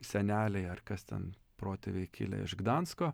seneliai ar kas ten protėviai kilę iš gdansko